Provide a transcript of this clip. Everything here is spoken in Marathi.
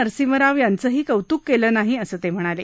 नरसिंह राव यांचंही कौतूक केलं नाही असं ते म्हणाले